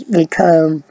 become